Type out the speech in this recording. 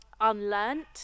unlearned